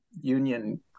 union